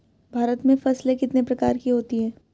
भारत में फसलें कितने प्रकार की होती हैं?